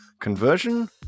conversion